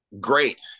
Great